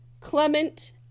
Clement